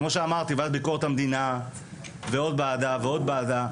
כמו שאמרתי בוועדה לביקורת המדינה ובעוד ועדה ועוד ועדה.